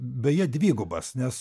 beje dvigubas nes